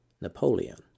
Napoleon